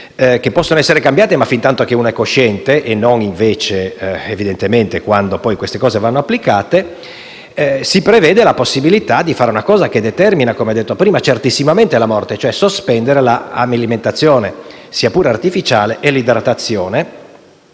(che possono essere cambiate ma fintanto che la persona è cosciente e non, invece, evidentemente, quando queste cose vanno applicate), si prevede la possibilità di compiere un'azione che determina, come ho detto prima, certamente la morte: cioè sospendere l'alimentazione, sia pure artificiale, e l'idratazione.